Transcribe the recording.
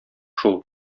шул